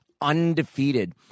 undefeated